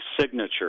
signature